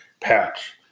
patch